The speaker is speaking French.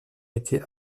été